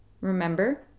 Remember